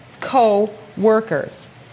co-workers